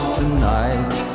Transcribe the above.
tonight